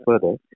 further